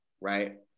right